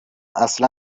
اصلا